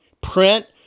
print